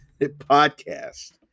podcast